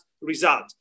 result